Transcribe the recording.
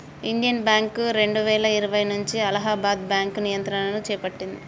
Indian bank రెండువేల ఇరవై నుంచి అలహాబాద్ బ్యాంకు నియంత్రణను చేపట్టింది